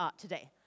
today